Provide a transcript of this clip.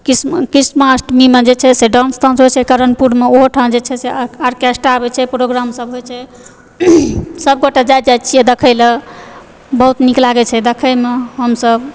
कृष्णाष्टमीमे जे छै से डान्स तांस होइ छै कर्णपुरमे ओहोठाम जे छै से आर्केस्ट्रा आबैत छै प्रोग्रामसभ होइ छै सभगोटे जाय जाइत छियै देखयलऽ बहुत नीक लागैत छै देखयमे हमसभ